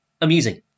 amusing